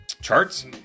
charts